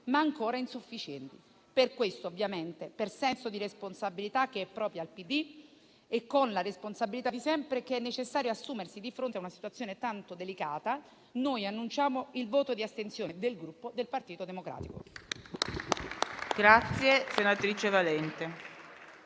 ma ancora insufficienti. Per questo, ovviamente, per il senso di responsabilità che è proprio del PD e con la responsabilità che è sempre necessario assumersi di fronte a una situazione tanto delicata, annuncio il voto di astensione del Gruppo Partito Democratico.